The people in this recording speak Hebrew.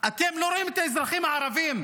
אתם לא רואים את האזרחים הערבים?